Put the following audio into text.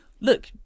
look